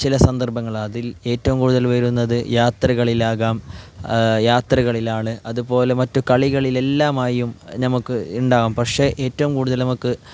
ചില സന്ദർഭങ്ങൾ അതിൽ ഏറ്റവും കൂടുതൽ വരുന്നത് യാത്രകളിലാകാം യാത്രകളിലാണ് അത് പോലെ മറ്റ് കളികളിലെല്ലാം ആയും നമ്മൾക്ക് ഉണ്ടാവാം പക്ഷെ ഏറ്റവും കൂടുതൽ നമ്മൾക്ക്